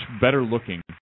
better-looking